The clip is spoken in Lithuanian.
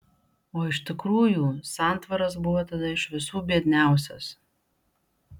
o iš tikrųjų santvaras buvo tada iš visų biedniausias